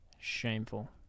Shameful